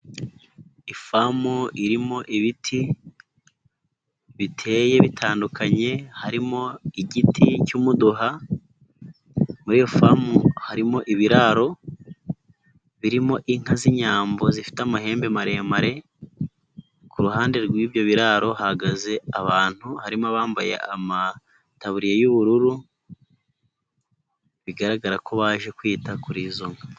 Ifamu irimo ibiti biteye bitandukanye, harimo igiti cy'umuduha, muri iyo famu harimo ibiraro birimo inka z'inyambo zifite amahembe maremare, ku ruhande rw'ibyo biraro hahagaze abantu, harimo abambaye amataburiya y'ubururu, bigaragara ko baje kwita kuri izo nka.